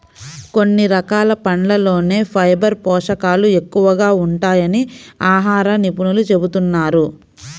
కొన్ని రకాల పండ్లల్లోనే ఫైబర్ పోషకాలు ఎక్కువగా ఉంటాయని ఆహార నిపుణులు చెబుతున్నారు